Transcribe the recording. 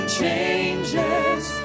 changes